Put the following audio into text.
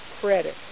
credit